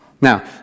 Now